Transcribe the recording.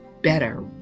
better